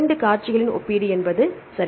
2 காட்சிகளின் ஒப்பீடு சரி